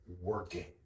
working